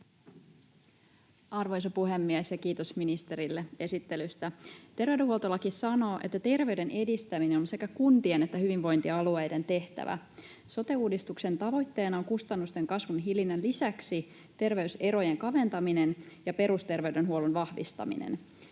Arvoisa puhemies! Kiitos ministerille esittelystä. Terveydenhuoltolaki sanoo, että terveyden edistäminen on sekä kuntien että hyvinvointialueiden tehtävä. Sote-uudistuksen tavoitteena on kustannusten kasvun hillinnän lisäksi terveyserojen kaventaminen ja perusterveydenhuollon vahvistaminen.